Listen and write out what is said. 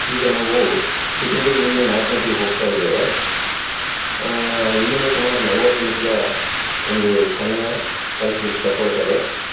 ಈಗ ನಾವು ಚಿತ್ರದುರ್ಗದಿಂದ ನಾಯಕನಹಟ್ಟಿಗ್ ಹೋಗ್ತಾ ಇದ್ದೇವೆ ಇಲ್ಲಿಂದ ಸುಮಾರು ನಲ್ವತ್ತು ನಿಮಿಷ ಒಂದು ಸಮಯ ತಲ್ಪ್ಲಿಕ್ಕೆ ತಗೊಳ್ತದೆ